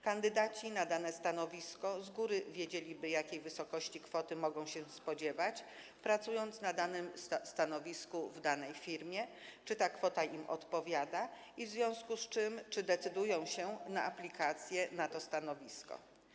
Kandydaci na dane stanowisko z góry wiedzieliby, jakiej wysokości kwoty mogą się spodziewać, pracując na danym stanowisko w danej firmie, czy ta kwota im odpowiada i czy w związku z tym decydują się na aplikację na to stanowisko.